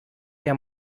der